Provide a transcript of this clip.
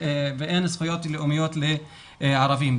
ואין זכויות לאומיות לערבים,